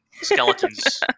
skeleton's